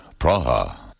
Praha